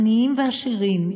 עניים ועשירים,